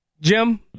Jim